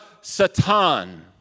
Satan